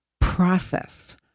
process